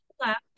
left